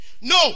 No